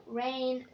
rain